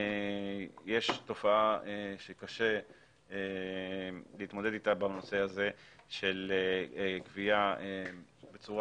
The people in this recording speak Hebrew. שיש תופעה שקשה להתמודד איתה בנושא הזה של גבייה בצורה